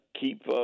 keep